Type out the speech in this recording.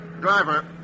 Driver